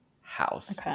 house